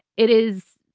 it is